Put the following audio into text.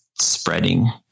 spreading